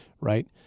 right